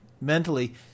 mentally